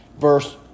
verse